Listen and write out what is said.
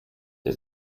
der